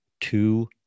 two